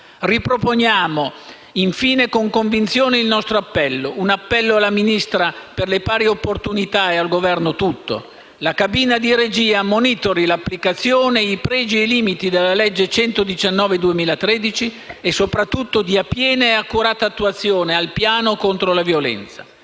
Riproponiamo infine con convinzione il nostro appello, un appello alla Ministra per le Pari Opportunità e al Governo tutto: la cabina di regia monitori l'applicazione, i pregi e i limiti della legge n. 119 del 2013 e soprattutto dia piena ed accurata attuazione al Piano contro la violenza.